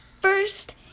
first